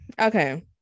okay